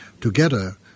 Together